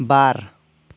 बार